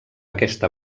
aquesta